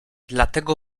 dlatego